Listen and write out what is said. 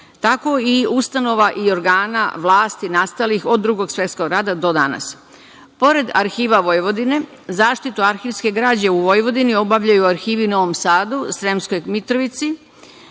tako i ustanova organa vlasti nastalih od Drugog svetskog rata do danas. Pored Arhiva Vojvodine, zaštitu arhivske građe u Vojvodini obavljaju arhivi u Novom Sadu, Sremskoj Mitrovici,